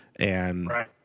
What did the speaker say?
Right